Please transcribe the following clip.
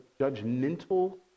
judgmental